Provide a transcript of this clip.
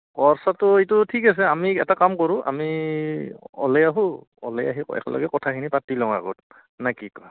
খৰচাটো এইটো ঠিক আছে আমি এটা কাম কৰোঁ আমি ওলাই আহোঁ ওলাই আহি একেলগে কথাখিনি পাতি লওঁ আগত না কি ক